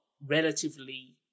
relatively